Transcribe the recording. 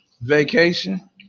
vacation